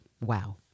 wow